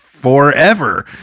forever